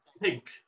Pink